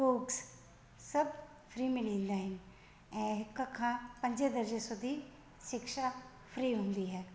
books सभ free में ॾींदा आहिनि ऐं हिकु खां पंहिंजे दर्जे सुधी शिक्षा फ्री हूंदी आहे